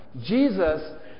Jesus